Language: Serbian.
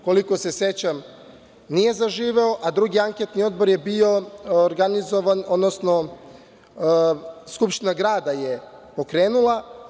Koliko se sećam, nije zaživeo, a drugi anketni odbor je bio organizovan, odnosno Skupština grada je pokrenula.